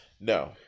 no